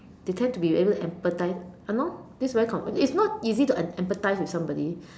they tend to be a bit empathize you know this very common it's not easy to empathize with somebody